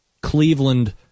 Cleveland